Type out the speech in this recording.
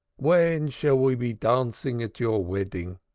when shall we be dancing at your wedding?